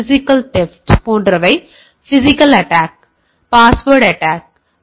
physical theft போன்றவை physical attack password attack உள்ளது